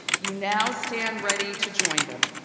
you now stand ready to join them.